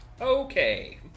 Okay